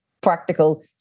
practical